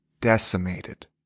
Decimated